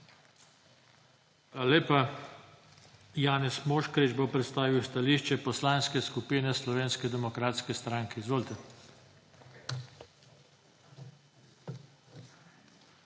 lepa. Janez Moškrič bo predstavil stališče Poslanske skupine Slovenske demokratske stranke. Izvolite.